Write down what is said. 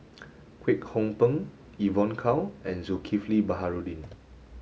Kwek Hong Png Evon Kow and Zulkifli Baharudin